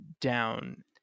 down